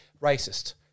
racist